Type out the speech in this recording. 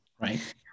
Right